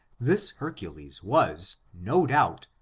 this hercules was, no doubt,